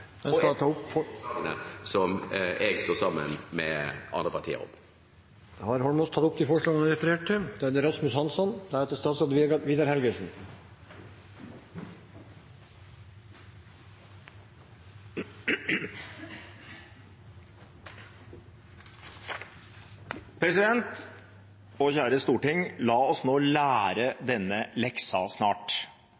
opp de forslagene SV står alene om, og forslaget vi står sammen med Miljøpartiet De Grønne om. Da har representanten Heikki Eidsvoll Holmås tatt opp de forslagene han refererte til. President – og kjære storting! La oss nå lære